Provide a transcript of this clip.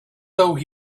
though